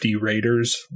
raiders